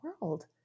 world